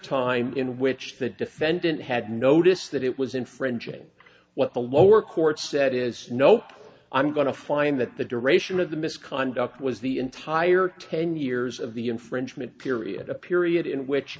time in which the defendant had noticed that it was infringing what the lower court said is nope i'm going to find that the duration of the misconduct was the entire ten years of the infringement period a period in which